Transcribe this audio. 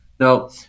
Now